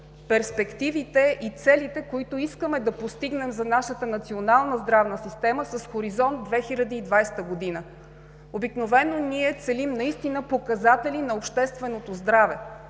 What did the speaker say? перспективите и целите, които искаме да постигнем за нашата национална здравна система с хоризонт 2020 г. Обикновено целим наистина показатели на общественото здраве.